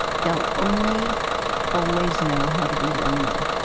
they'll only always know how to be lonely.